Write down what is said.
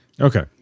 Okay